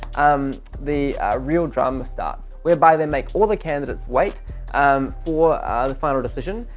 um the real drama starts, whereby they make all the candidates wait um for ah the final decision.